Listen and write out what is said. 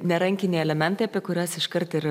ne rankiniai elementai apie kuriuos iškart ir